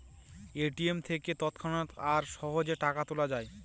ATM থেকে তৎক্ষণাৎ আর সহজে টাকা তোলা যায়